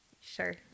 Sure